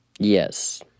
Yes